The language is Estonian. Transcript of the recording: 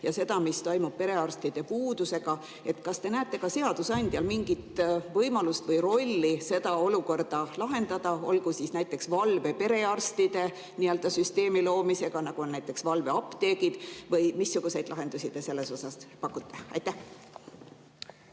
ja seda, mis toimub perearstide puudusega, et kas te näete seadusandjal mingit võimalust või rolli seda olukorda lahendada, olgu näiteks valveperearstide süsteemi loomisega, nagu on näiteks valveapteegid, või missuguseid lahendusi te selles osas pakute? Austatud